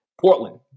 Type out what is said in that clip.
Portland